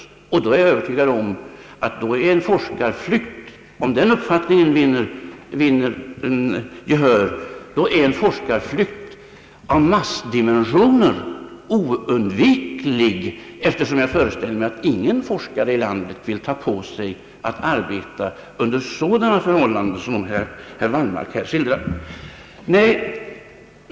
Om den uppfattningen vinner gehör, är jag övertygad om att en forskarflykt av massdimension är oundviklig, eftersom jag föreställer mig att ingen forskare i landet vill ta på sig uppgiften att forska under sådana förhållanden som herr Wallmark här skildrat. Nej, det är icke så!